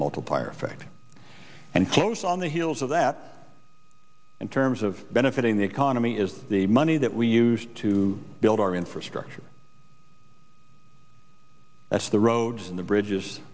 multiplier effect and close on the heels of that in terms of benefiting the economy is the money that we used to build our infrastructure that's the road in the bridges